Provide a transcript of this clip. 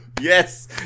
yes